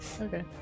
Okay